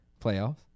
playoffs